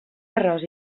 arròs